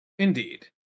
Indeed